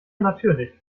natürlich